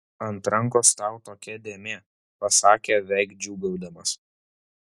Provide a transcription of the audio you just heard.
ant rankos tau tokia dėmė pasakė veik džiūgaudamas